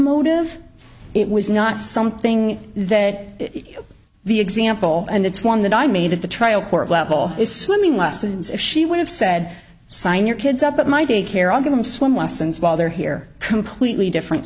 motive it was not something that the example and it's one that i made at the trial court level is swimming lessons if she would have said sign your kids up at my daycare or give them swim lessons while they're here completely different